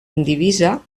indivisa